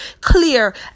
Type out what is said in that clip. clear